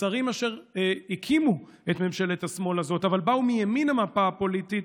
לשרים אשר הקימו את ממשלת השמאל הזאת אבל באו מימין המפה הפוליטית,